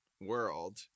world